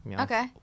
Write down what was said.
Okay